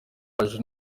baje